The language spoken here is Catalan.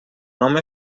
home